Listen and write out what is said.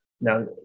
Now